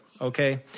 Okay